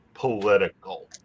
Political